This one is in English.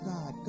God